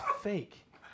fake